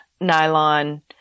nylon